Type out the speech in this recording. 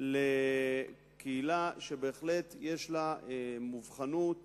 לקהילה שבהחלט יש לה מובחנות